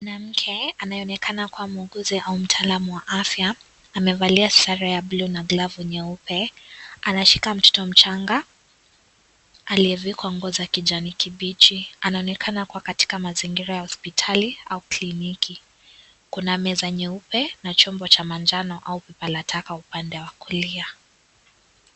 Kuna mke anayeonekana kuwa muuguzi au mtaalamu wa afya amevalia sare ya bluu na glavu nyeupe anashika mtoto mchanga aliyevikwa nguo za kijani kibichi anaonekana kuwa katika mazingira ya hospitali au kliniki kuna meza nyeupe na chombo cha manjano au pipa la taka upande wa kulia.